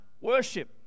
Worship